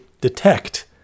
detect